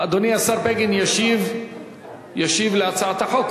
אדוני השר בגין ישיב על הצעת החוק.